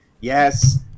yes